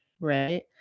right